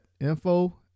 info